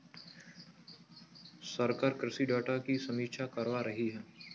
सरकार कृषि डाटा की समीक्षा करवा रही है